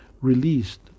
released